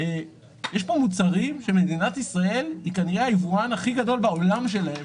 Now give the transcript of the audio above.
יש פה מוצרים שמדינת ישראל היא כנראה היבואן הכי גדול בעולם שלהם,